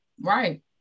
Right